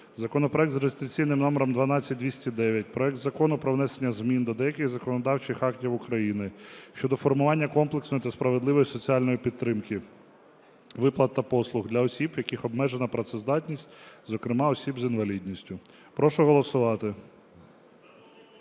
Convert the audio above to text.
законопроект за реєстраційним номером 12209 проект Закону про внесення змін до деяких законодавчих актів України щодо формування комплексної та справедливої соціальної підтримки (виплат та послуг) для осіб, в яких обмежена працездатність, зокрема осіб з інвалідністю. Прошу голосувати.